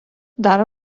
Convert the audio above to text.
dar